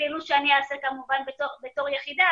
מפעילות שאני אעשה כמובן בתור יחידה,